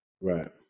Right